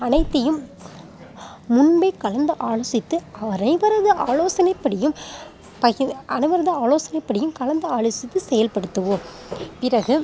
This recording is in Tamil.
அனைத்தையும் முன்பே கலந்து ஆலோசித்து அனைவரது ஆலோசனைபடியும் பகிர் அனைவரது ஆலோசனை படியும் கலந்து ஆலோசித்து செயல்படுத்துவோம் பிறகு